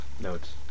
notes